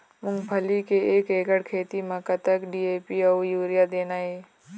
मूंगफली के एक एकड़ खेती म कतक डी.ए.पी अउ यूरिया देना ये?